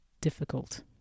difficult